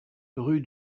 rue